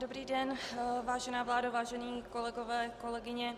Dobrý den, vážená vládo, vážení kolegové, kolegyně.